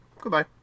Goodbye